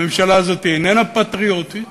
הממשלה הזאת איננה פטריוטית,